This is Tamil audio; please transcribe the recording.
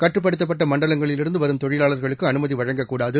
கட்டுப்படுத்தப்பட்ட மணடலங்களிலிருந்து வரும் தொழிலாளர்களுக்கு அனுமதி வழங்கக் கூடாது